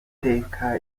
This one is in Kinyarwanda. iteka